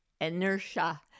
inertia